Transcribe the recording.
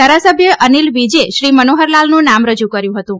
ધારાસભ્ય અનિલ વીજે શ્રી મનોહરલાલનું નામ રજૂ કર્યું હતું